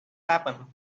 happen